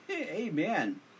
Amen